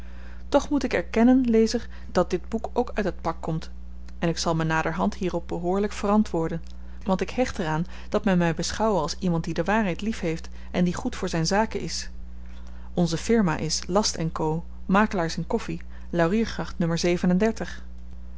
toch moet ik erkennen lezer dat dit boek ook uit dat pak komt en ik zal me naderhand hierop behoorlyk verantwoorden want ik hecht er aan dat men my beschouwe als iemand die de waarheid lief heeft en die goed voor zyn zaken is onze firma is last co makelaars in koffi